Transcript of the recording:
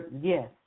Yes